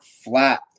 flat